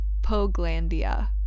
Poglandia